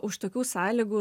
už tokių sąlygų